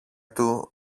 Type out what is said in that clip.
του